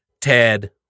Ted